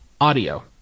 audio